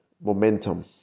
momentum